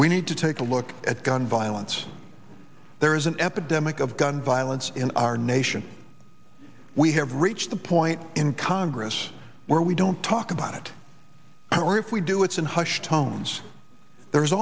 we need to take a look at gun violence there is an epidemic of gun violence in our nation we have reached the point in congress where we don't talk about it or if we do it's in hushed tones there